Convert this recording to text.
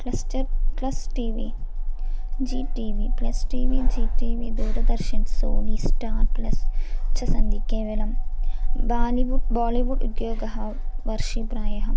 cluster क्लस् T V G T V plus T V G T V Doordarshan Sony Star Plus च सन्ति केवलं बालीवुड् बोलिवुड् उद्योगः वर्षे प्रायः